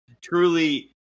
Truly